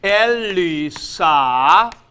elisa